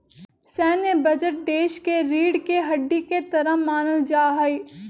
सैन्य बजट देश के रीढ़ के हड्डी के तरह मानल जा हई